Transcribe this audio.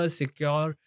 secure